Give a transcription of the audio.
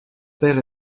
père